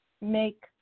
make